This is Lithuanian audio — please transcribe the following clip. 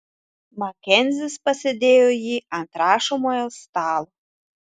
makenzis pasidėjo jį ant rašomojo stalo